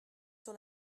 sur